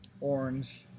orange